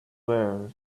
there